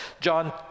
John